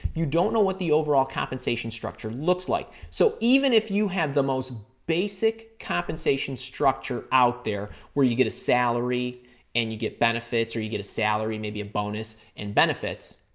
you don't know what the overall compensation structure looks like. so, even if you have the most basic compensation structure out there where you get a salary and you get benefits or you get a salary, maybe a bonus, and benefits,